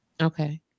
Okay